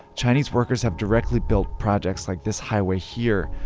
chinese workers have directly built projects, like this highway here,